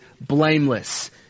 blameless